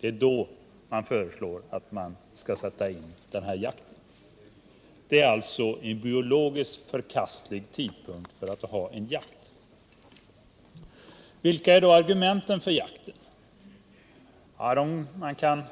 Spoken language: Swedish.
Det är alltså biologiskt sett en förkastlig tidpunkt för jakt. Vilka är då argumenten för jakt? Man kan